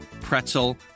pretzel